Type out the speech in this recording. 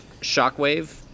Shockwave